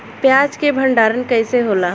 प्याज के भंडारन कइसे होला?